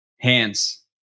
Hands